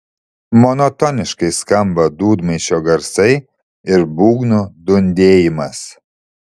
monotoniškai skamba dūdmaišio garsai ir būgnų dundėjimas